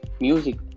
music